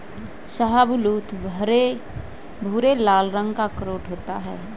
शाहबलूत भूरे लाल रंग का अखरोट होता है